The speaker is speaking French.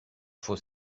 faut